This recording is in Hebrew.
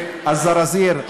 זרזיר,